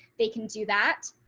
they can do that.